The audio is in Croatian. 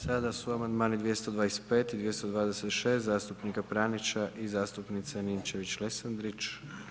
Sada su amandmani 225. i 226. zastupnika Pranića i zastupnice Ninčević-Lesandrić.